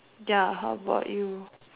ya how about you